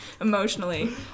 emotionally